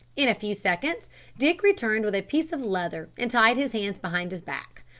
in a few seconds dick returned with a piece of leather and tied his hands behind his back.